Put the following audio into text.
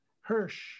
Hirsch